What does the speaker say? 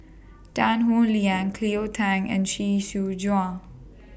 Tan Howe Liang Cleo Thang and Chee Soon Juan